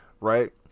right